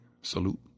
Salute